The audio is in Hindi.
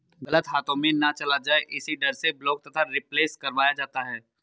गलत हाथों में ना चला जाए इसी डर से ब्लॉक तथा रिप्लेस करवाया जाता है